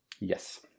Yes